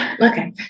Okay